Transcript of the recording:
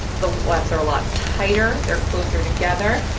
the wefts are a lot tighter, they're closer together,